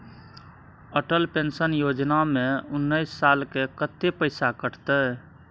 Atal pension Yojana में उनैस साल के कत्ते पैसा कटते?